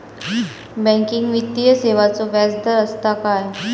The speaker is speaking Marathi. बँकिंग वित्तीय सेवाचो व्याजदर असता काय?